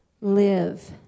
live